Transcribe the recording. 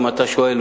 אם אתה שואל,